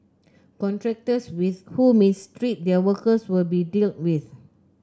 contractors with who mistreat their workers will be dealt with